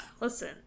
listen